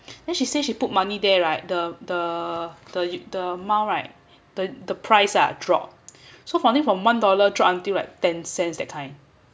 then she say she put money there right the the the the amount right the the price ah dropped so something from one dollar droped until like ten cents that kind